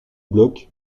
bloch